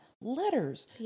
letters